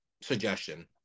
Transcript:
suggestion